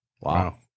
Wow